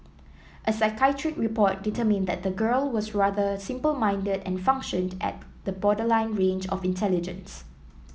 a psychiatric report determined that the girl was rather simple minded and functioned at the borderline range of intelligence